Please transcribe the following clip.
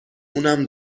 اونم